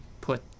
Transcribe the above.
put